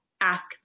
ask